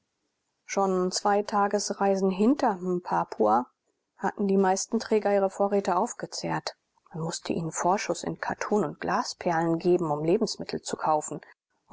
schon zwei tagereisen hinter mpapua hatten die meisten träger ihre vorräte aufgezehrt man mußte ihnen vorschuß in kattun und glasperlen geben um lebensmittel zu kaufen